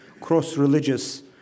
cross-religious